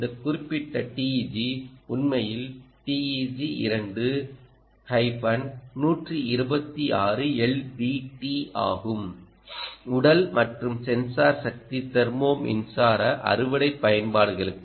இந்த குறிப்பிட்ட TEG உண்மையில் TEG2 126LDT ஆகும் உடல் மற்றும் சென்சார் சக்தி தெர்மோ மின்சார அறுவடை பயன்பாடுகளுக்கு